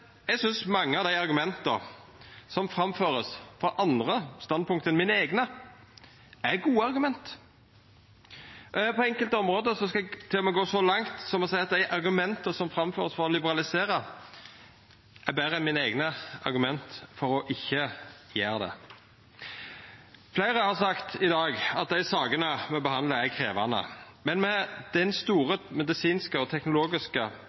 eg synest mange av dei argumenta som vert framførte frå andre standpunkt enn mine eigne, er gode argument. På enkelte område skal eg til og med gå så langt som å seia at dei argumenta som vert framførte for å liberalisera, er betre enn mine eigne argument for å ikkje gjera det. Fleire har sagt i dag at dei sakene me behandlar, er krevjande. Men med det store medisinske og teknologiske